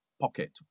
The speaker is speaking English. pocket